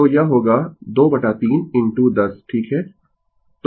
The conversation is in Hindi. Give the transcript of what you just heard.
तो यह होगा 23 इनटू 10 ठीक है